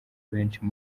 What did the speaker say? abenshi